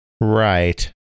Right